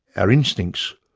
our instincts,